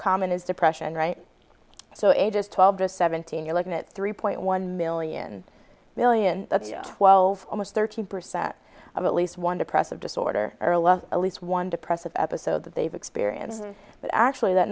common is depression right so ages twelve to seventeen you're looking at three point one million million twelve almost thirteen percent of at least one depressive disorder or love at least one depressive episode that they've experienced but actually that